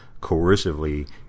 coercively